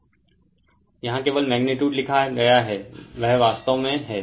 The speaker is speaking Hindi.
यहाँ केवल मैगनीटुड लिखा गया है यह वास्तव में I है